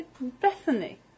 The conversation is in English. Bethany